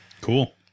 Cool